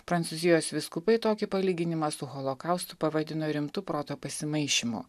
prancūzijos vyskupai tokį palyginimą su holokaustu pavadino rimtu proto pasimaišymu